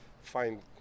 find